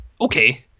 okay